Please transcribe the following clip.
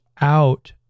out